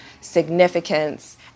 significance